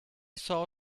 saw